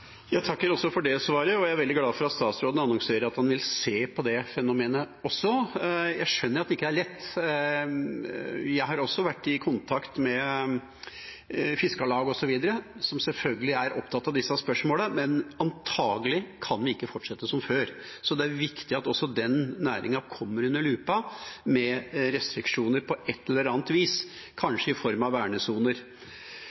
Jeg takker også for det svaret, og jeg er veldig glad for at statsråden annonserer at han også vil se på det fenomenet. Jeg skjønner at det ikke er lett. Jeg har vært i kontakt med bl.a. Fiskarlaget, som selvfølgelig også er opptatt av disse spørsmålene, men antagelig kan vi ikke fortsette som før. Så det er viktig at også den næringen kommer under lupa med restriksjoner på et eller annet vis,